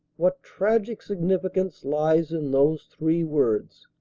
what tragic significance lies in those three words!